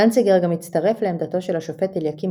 דנציגר גם הצטרף לעמדתו של השופט אליקים